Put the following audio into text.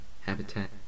Habitat